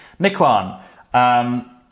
Nikwan